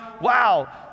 wow